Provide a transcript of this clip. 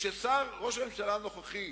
כשראש הממשלה הנוכחי